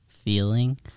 feeling